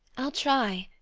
i'll try,